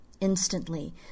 Instantly